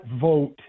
vote